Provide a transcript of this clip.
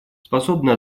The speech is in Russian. способна